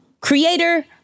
creator